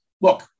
look